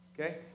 okay